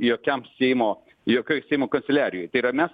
jokiam seimo jokioj seimo kanceliarijoj tai yra mes